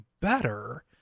better